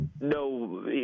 No